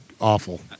awful